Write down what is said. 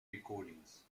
recordings